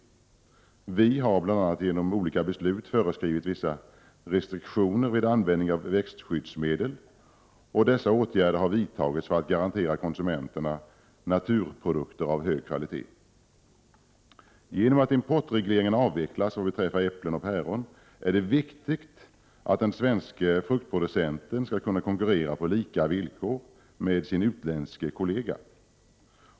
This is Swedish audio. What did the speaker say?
Vi har bl.a. genom olika beslut föreskrivit vissa restriktioner vid användning av växtskyddsmedel. Dessa åtgärder har vidtagits för att garantera konsumenterna naturprodukter av hög kvalitet. Genom att importregleringen när det gäller äpplen och päron avvecklas är det viktigt att den svenske producenten skall. kunna konkurrera på lika villkor med sin utländske kollega.